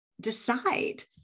decide